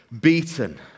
beaten